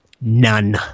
None